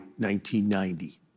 1990